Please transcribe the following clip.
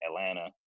Atlanta